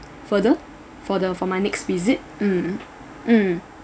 further for the for my next visit mm mm